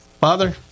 Father